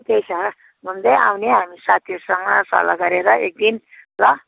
त्यही त घुम्दै आउने हामी साथीहरूसँग सल्लाह गरेर एकदिन ल